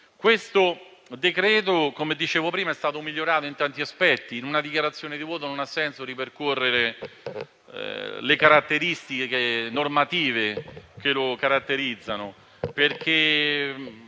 Questo decreto-legge - come dicevo prima - è stato migliorato in tanti aspetti. In una dichiarazione di voto non ha senso ripercorrere le caratteristiche normative che lo caratterizzano, perché